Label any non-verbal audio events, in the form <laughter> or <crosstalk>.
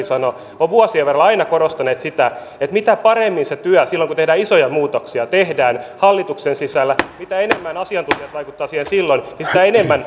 <unintelligible> sanoi on vuosien varrella aina korostettu sitä että mitä paremmin se työ silloin kun tehdään isoja muutoksia tehdään hallituksen sisällä mitä enemmän asiantuntijat vaikuttavat siihen silloin sitä enemmän